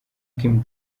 kim